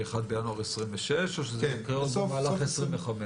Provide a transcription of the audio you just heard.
מ-1 בינואר 2026 או שזה יקרה עוד במהלך 2025?